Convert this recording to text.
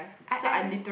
I I